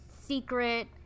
secret